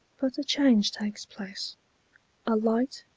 but a change takes place a light,